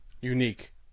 unique